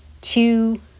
Two